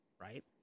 right